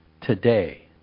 today